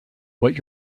what